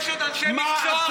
יש אנשי מקצוע.